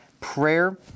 prayer